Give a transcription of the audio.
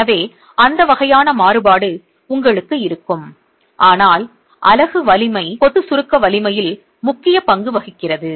எனவே அந்த வகையான மாறுபாடு உங்களுக்கு இருக்கும் ஆனால் அலகு வலிமை கொத்து சுருக்க வலிமையில் முக்கிய பங்கு வகிக்கிறது